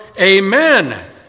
amen